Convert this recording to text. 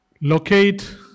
locate